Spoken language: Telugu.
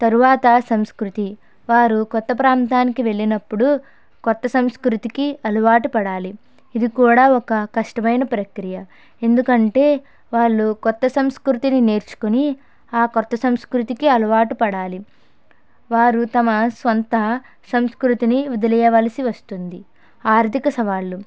తరువాత సంస్కృతి వారు కొత్త ప్రాంతానికి వెళ్ళినప్పుడు కొత్త సంస్కృతికి అలవాటు పడాలి ఇది కూడా ఒక కష్టమైన ప్రక్రియ ఎందుకంటే వాళ్ళు కొత్త సంస్కృతిని నేర్చుకుని ఆ కొత్త సంస్కృతికి అలవాటు పడాలి వారు తమ సొంత సంస్కృతిని వదిలి వేయవలసి వస్తుంది ఆర్థిక సవాళ్ళు